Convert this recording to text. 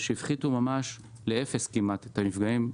שהפחיתו ממש לאפס את הנפגעים,